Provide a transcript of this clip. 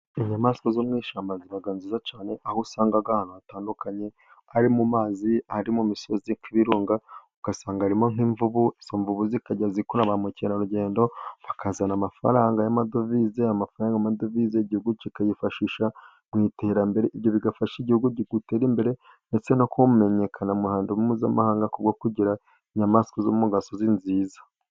Inyamaswa zo mu ishyamba ziba nziza cyane, aho usanga ahantu hatandukanye ari mu mazi, ari mu misozi y'ibirunga, usanga harimo nk'imvubu. izo mvuvu zikajya zikurura ba mukerarugendo bakazana amafaranga y'amadovize, amafaranga y'amadovize igihugu kikayifashisha mu iterambere, ibyo bigafasha igihugu gutera imbere ndetse no kumenyekana, mu ruhando mpuzamahanga kubwo kugira inyamaswa zo mu gasozi nziza.